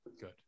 good